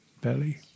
belly